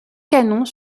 canons